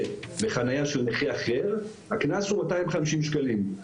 בחניה של נכה אחר הקנס הוא 250 שקלים.